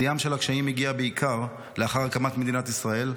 שיאם של הקשיים הגיע בעיקר לאחר הקמת מדינת ישראל,